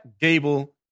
Gable